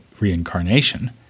reincarnation